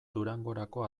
durangorako